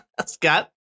Scott